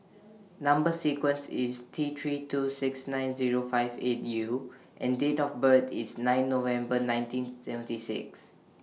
Number sequence IS T three two six nine Zero five eight U and Date of birth IS ninth November nineteen seventy six